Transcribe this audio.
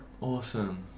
Awesome